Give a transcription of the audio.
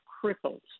crippled